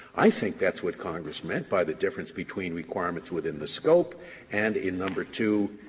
i think that's what congress meant by the difference between requirements within the scope and in number two,